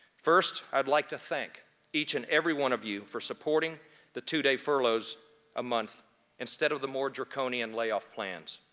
first, i'd like to thank each and every one of you for supporting the two-day furloughs a month instead of the more draconian layoff plans.